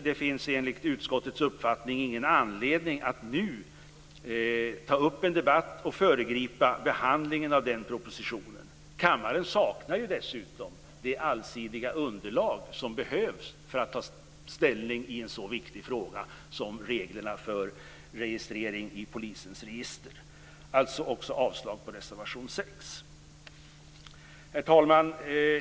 Enligt utskottets uppfattning finns det ingen anledning att nu ta upp en debatt och föregripa behandlingen av propositionen. Kammaren saknar dessutom det allsidiga underlag som behövs för att ta ställning i en så viktig fråga som reglerna för registrering i polisens register. Jag yrkar avslag på reservation 6. Herr talman!